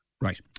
Right